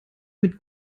mit